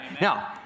Now